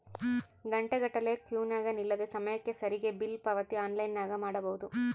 ಘಂಟೆಗಟ್ಟಲೆ ಕ್ಯೂನಗ ನಿಲ್ಲದೆ ಸಮಯಕ್ಕೆ ಸರಿಗಿ ಬಿಲ್ ಪಾವತಿ ಆನ್ಲೈನ್ನಾಗ ಮಾಡಬೊದು